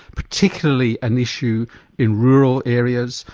particularly an issue in rural areas,